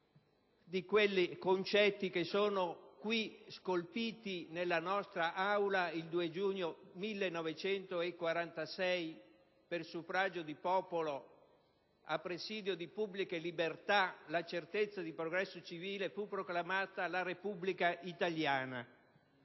di quei concetti che sono qui scolpiti nella nostra Aula: «Il 2 giugno 1946 per suffragio di popolo a presidio di pubbliche libertà e a certezza del progresso civile fu proclamata la Repubblica italiana».